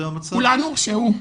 ל.י.: כולן הורשעו.